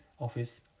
office